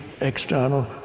external